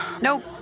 Nope